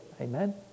amen